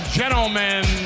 gentlemen